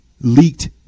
leaked